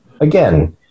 again